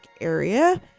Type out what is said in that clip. area